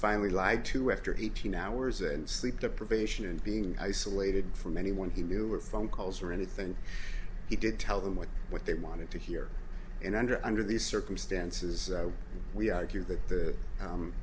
finally lied to after eighteen hours and sleep deprivation and being isolated from anyone he knew or phone calls or anything he did tell them what what they wanted to hear and under under these circumstances we argue that the